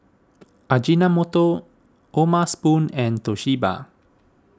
Ajinomoto O'ma Spoon and Toshiba